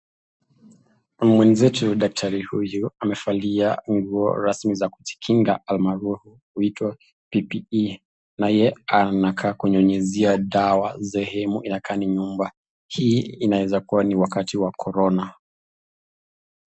Mwenzetu daktari huyu amevalia nguo rasmi za kujikinga almaarufu huitwa PPE naye anakaa kunyunyizia dawa sehemu inakaa ni nyumba, hii inaweza kuwa ni wakati wa corona.